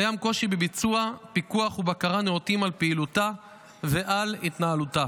קיים קושי בביצוע פיקוח ובקרה נאותים על פעילותה ועל התנהלותה.